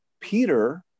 Peter